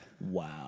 Wow